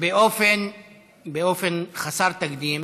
באופן חסר תקדים